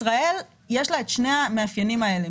ישראל יש לה את שני המאפיינים האלה.